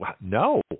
No